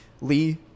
Lee